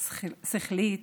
שכלית,